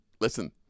listen